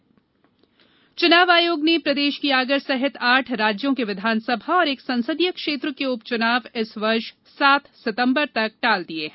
आयोग उपचुनाव चुनाव आयोग ने प्रदेश की आगर सहित आठ राज्यों के विधानसभा और एक संसदीय क्षेत्र के उप चुनाव इस वर्ष सात सितम्बर तक टाल दिए हैं